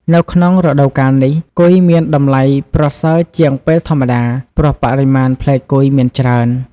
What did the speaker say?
នៅក្នុងរដូវកាលនេះ គុយមានតម្លៃប្រសើរជាងពេលធម្មតា ព្រោះបរិមាណផ្លែគុយ មានច្រើន ។